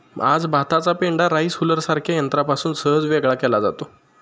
आज भाताचा पेंढा राईस हुलरसारख्या यंत्रापासून सहज वेगळा केला जातो